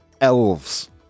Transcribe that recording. elves